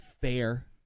fair